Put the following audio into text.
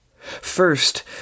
First